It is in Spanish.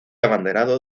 abanderado